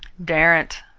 daren't!